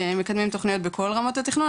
מקדמים תוכניות בכל רמות התכנון.